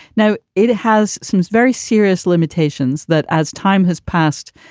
now it has some very serious limitations that as time has passed,